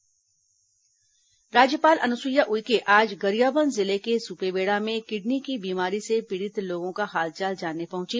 राज्यपाल सुपेबेड़ा दौरा राज्यपाल अनुसुईया उइके आज गरियाबंद जिले के सुपेबेड़ा में किडनी की बीमारी से पीड़ित लोगों का हालचाल जानने पहुंची